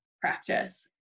practice